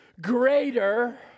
greater